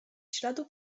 śladu